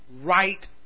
Right